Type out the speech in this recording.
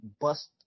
bust